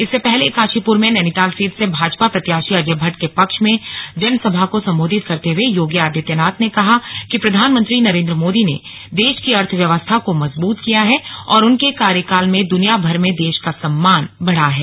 इससे पहले काशीपुर में नैनीताल सीट से भाजपा प्रत्याशी अजय भट्ट के पक्ष में जनसभा को संबोधित करते हए योगी आदित्यनाथ ने कहा कि प्रधानमंत्री नरेंद्र मोदी ने देश की अर्थव्यवस्था को मजबूत किया है और उनके कार्यकाल में दुनिया भर में देश का सम्मान बढ़ा है